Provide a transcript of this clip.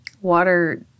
water